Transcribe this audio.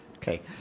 Okay